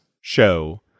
show